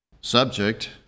Subject